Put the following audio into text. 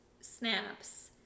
snaps